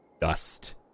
dust